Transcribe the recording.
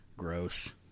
Gross